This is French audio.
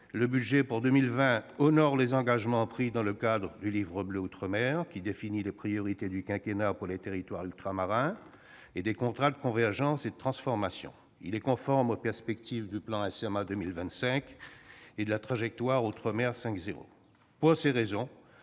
Le budget pour 2020 honore les engagements pris dans le cadre du Livre bleu des outre-mer, qui définit les priorités du quinquennat pour les territoires ultramarins, et des contrats de convergence et de transformation. Il est conforme aux perspectives du plan SMA 2025 et de la Trajectoire outre-mer 5.0. Pour ces raisons,